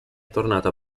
tornata